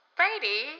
Brady